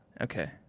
Okay